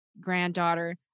granddaughter